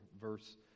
verse